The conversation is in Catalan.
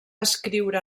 escriure